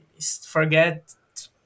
forget